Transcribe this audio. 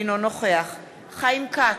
אינו נוכח חיים כץ,